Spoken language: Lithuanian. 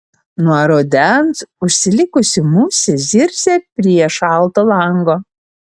nuo rudens užsilikusi musė zirzia prie šalto lango